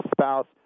spouse